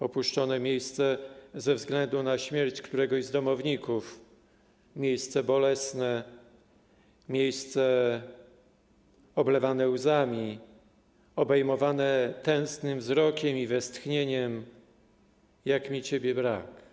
Opuszczone miejsce ze względu na śmierć któregoś z domowników, miejsce bolesne, miejsce oblewane łzami, obejmowane tęsknym wzrokiem i westchnieniem: jak mi ciebie brak.